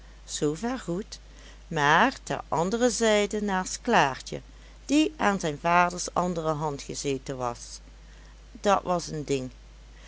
zoover goed maar ter andere zijde naast klaartje die aan zijn vaders andere hand gezeten was dat was een ding